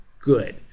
good